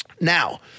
Now